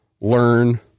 learn